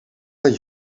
dat